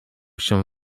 się